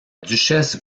duchesse